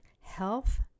health